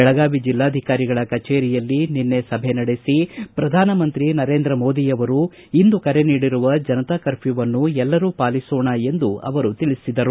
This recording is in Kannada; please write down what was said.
ಬೆಳಗಾವಿ ಜಿಲ್ಲಾಧಿಕಾರಿಗಳ ಕಚೇರಿಯಲ್ಲಿ ನಿನ್ನೆ ಸಭೆ ನಡೆಸಿ ಪ್ರಧಾನಮಂತ್ರಿ ನರೇಂದ್ರ ಮೋದಿ ಅವರು ಇಂದು ಕರೆ ನೀಡಿರುವ ಜನತಾ ಕರ್ಮ್ಗೂವನ್ನು ಎಲ್ಲರೂ ಪಾಲಿಸೋಣ ಎಂದು ತಿಳಿಸಿದರು